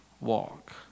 walk